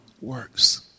works